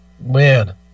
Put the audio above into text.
Man